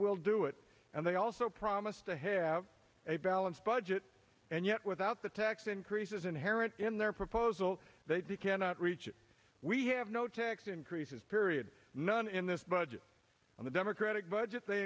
will do it and they also promise to have a balanced budget and yet without the tax increases inherent in their proposal they cannot reach it we have no tax increases period none in this budget and the democratic budget they